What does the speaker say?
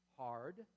hard